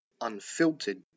unfiltered